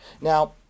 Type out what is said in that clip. Now